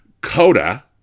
coda